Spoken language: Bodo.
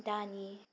दानि